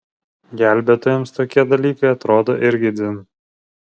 gelbėtojams tokie dalykai atrodo irgi dzin